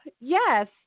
yes